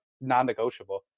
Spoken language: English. non-negotiable